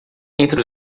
entre